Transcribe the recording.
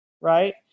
Right